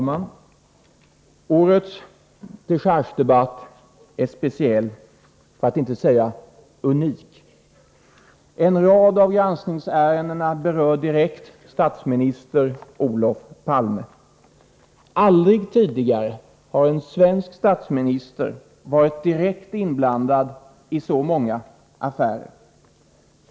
Herr talman! Årets dechargedebatt är speciell, för att inte säga unik. En rad av granskningsärendena berör direkt statsminister Olof Palme. Aldrig tidigare har en svensk statsminister varit direkt inblandad i så många affärer.